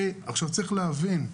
צריך להבין,